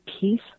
peace